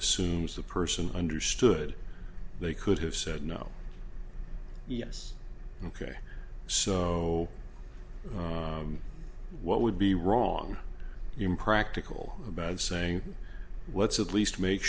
assumes the person understood they could have said no yes ok so what would be wrong impractical about saying what's at least make